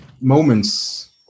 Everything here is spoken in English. moments